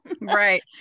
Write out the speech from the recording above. Right